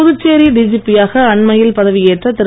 Puducherry DGP யாக அண்மையில் பதவியேற்ற திரு